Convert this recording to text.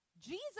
Jesus